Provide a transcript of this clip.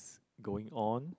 going on